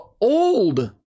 old